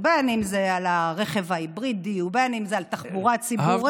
בין שזה על הרכב ההיברידי ובין שזה על התחבורה הציבורית,